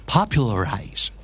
Popularize